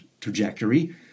trajectory